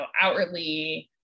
outwardly